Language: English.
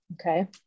Okay